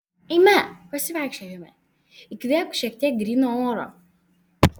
eime pasivaikščiokime įkvėpk šiek tiek gryno oro